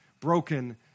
broken